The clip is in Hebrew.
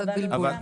אבל אוסאמה,